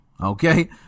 okay